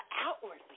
outwardly